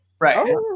Right